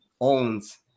owns